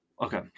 Okay